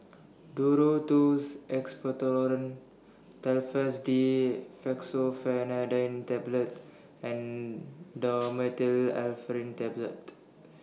Duro Tuss Expectorant Telfast D Fexofenadine Tablets and Dhamotil Tablet